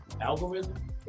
algorithm